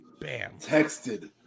texted